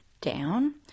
down